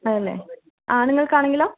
അതെ അല്ലേ ആണുങ്ങൾക്ക് ആണെങ്കിലോ